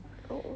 oh